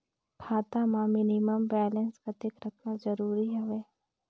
खाता मां minimum balance कतेक रखना जरूरी हवय?